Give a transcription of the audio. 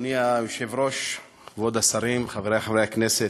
אדוני היושב-ראש, כבוד השרים, חברי חברי הכנסת,